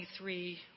23